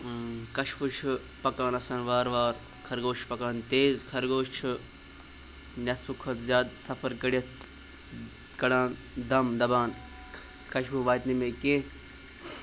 کَچھوٕ چھُ پَکان آسان وارٕ وارٕ خرگوش چھُ پَکان تیز خرگوش چھُ نٮ۪صپہٕ کھۄتہٕ زیادٕ سَفر کٔڑِتھ کَڑان دَم دَپان کَچھوٕ واتہِ نہٕ مےٚ کیٚنٛہہ